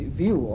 view